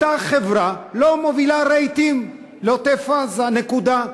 אותה חברה לא מובילה רהיטים לעוטף-עזה, נקודה.